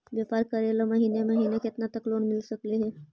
व्यापार करेल महिने महिने केतना तक लोन मिल सकले हे?